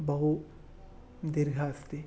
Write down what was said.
बहु दीर्घः अस्ति